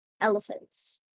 elephants